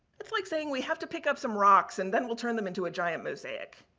that's like saying we have to pick up some rocks and then we'll turn them into a giant mosaic.